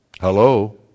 Hello